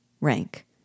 Rank